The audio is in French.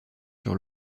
sur